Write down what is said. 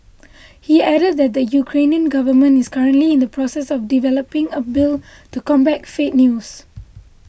he added that the Ukrainian government is currently in the process of developing a bill to combat fake news